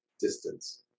distance